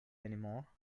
anymore